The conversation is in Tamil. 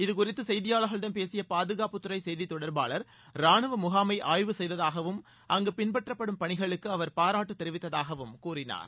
இதகுறித்து செய்தியாளர்களிடம் பேசிய பாதுகாப்புத்துறை செய்தித் தொடர்பாளர் ரானுவ முகாமை ஆய்வு செய்ததாகவும் அங்கு பின்பற்றப்படும் பணிகளுக்கு அவர் பாராட்டு தெரிவித்ததாகவும் கூறினார்